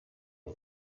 iba